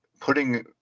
putting